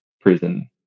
prison